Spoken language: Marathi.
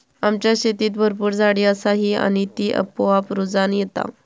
आमच्या शेतीत भरपूर झाडी असा ही आणि ती आपोआप रुजान येता